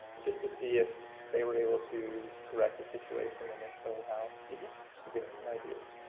just to see if they were able to correct the situation, and if so how? just to give us some ideas.